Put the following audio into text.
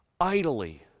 idly